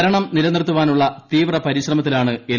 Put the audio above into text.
ഭരണം നിലനിർത്താനുള്ള തീവ്രപരിശ്രമത്തിലാണ് എൽ